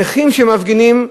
הנכים שמפגינים,